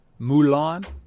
Mulan